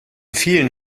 vielen